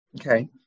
Okay